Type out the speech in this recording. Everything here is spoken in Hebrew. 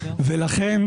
ולכן,